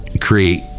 create